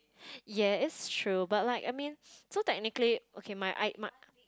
ya it's true but like I mean so technically okay my I my